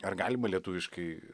ar galima lietuviškai